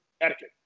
etiquette